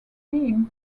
being